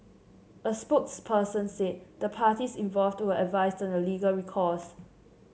a spokesperson said the parties involved were advised on their legal recourse